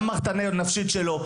גם במערכת הנפשית שלו,